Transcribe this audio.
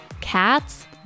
cats